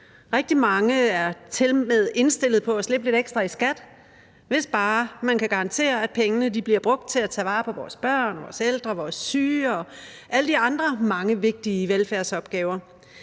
Rigtig mange er tilmed indstillet på at slippe lidt ekstra i skat, hvis bare man kan garantere, at pengene bliver brugt til at tage vare på vores børn, vores ældre, vores syge og varetage alle de andre vigtige velfærdsopgaver.